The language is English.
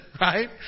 right